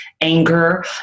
anger